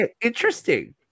interesting